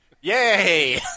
Yay